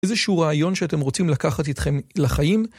איזשהו רעיון שאתם רוצים לקחת אתכם לחיים.